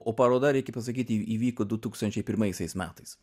o paroda reikia pasakyti įvyko du tūkstančiai pirmaisiais metais